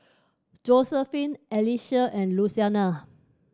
Josephine Alicia and Luciana